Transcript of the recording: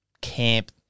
camp